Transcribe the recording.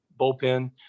bullpen